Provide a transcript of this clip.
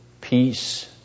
peace